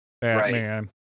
Batman